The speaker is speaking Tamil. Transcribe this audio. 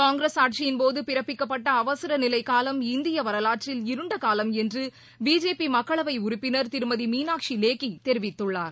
காங்கிரஸ் ஆட்சியின் போது பிறப்பிக்கப்பட்ட அவசர நிலை காலம் இந்திய வரலாற்றில் இருண்ட காலம் என்று பிஜேபி மக்களவை உறுப்பினர் திருமதி மீனாட்சி லேகி தெரிவித்துள்ளார்